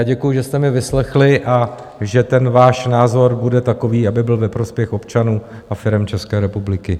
Děkuji, že jste mě vyslechli a že váš názor bude takový, aby byl ve prospěch občanů a firem České republiky.